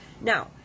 Now